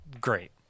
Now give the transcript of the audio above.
great